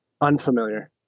Unfamiliar